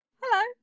Hello